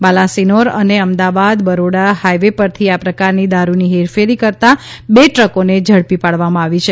બાલાસિનોર અને અમદાવાદ બરોડા હાઇવે પરથી આ પ્રકારની દારૂની હેરાફેરી કરતા બે ટ્રકોને ઝડપી પાડવામાં આવી છે